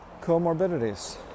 comorbidities